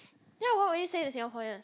then what would he say to Singaporeans